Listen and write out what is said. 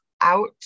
out